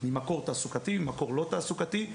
ממקור תעסוקתי, ממקור לא תעסוקתי.